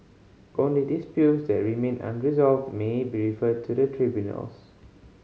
only disputes that remain unresolved may be referred to the tribunals